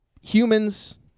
humans